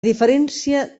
diferència